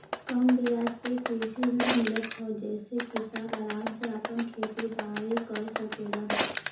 कम बियाज पे कृषि ऋण मिलत हौ जेसे किसान आराम से आपन खेती बारी कर सकेलन